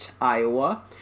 Iowa